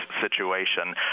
situation